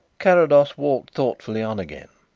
carrados walked thoughtfully on again.